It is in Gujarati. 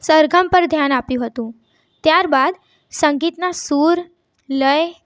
સરગમ પર ધ્યાન આપ્યું હતું ત્યારબાદ સંગીતના સૂર લય